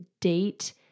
date